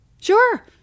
sure